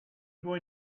are